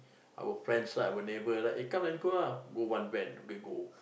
our friends lah our neighbour lah eh come and go lah book one van we go